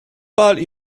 pal